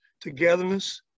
togetherness